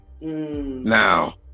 Now